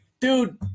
Dude